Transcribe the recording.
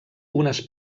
unes